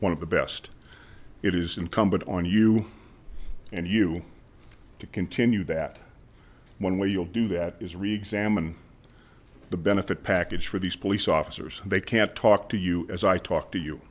one of the best it is incumbent on you and you to continue that one way you'll do that is reexamine the benefit package for these police officers they can't talk to you as i talk to you